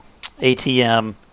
ATM